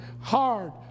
hard